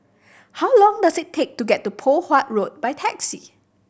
how long does it take to get to Poh Huat Road by taxi